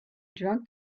drunk